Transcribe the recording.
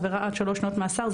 עבירה עד שלוש שנות מאסר,